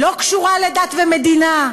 לא קשורות לדת ומדינה,